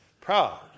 Proud